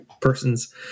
persons